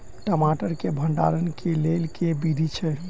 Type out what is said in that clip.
टमाटर केँ भण्डारण केँ लेल केँ विधि छैय?